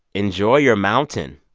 enjoy your mountain.